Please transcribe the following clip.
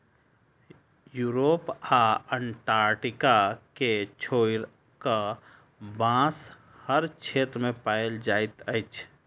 Europe आ Antarctica के छोइड़ कअ, बांस हर क्षेत्र में पाओल जाइत अछि